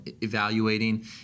evaluating